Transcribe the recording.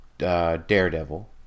Daredevil